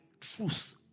truth